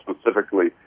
specifically